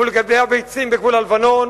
מול מגדלי הביצים בגבול הלבנון?